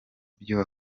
byo